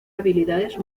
habilidades